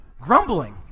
Grumbling